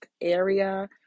area